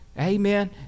Amen